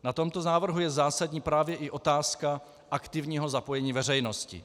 Na tomto návrhu je zásadní právě i otázka aktivního zapojení veřejnosti.